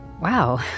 Wow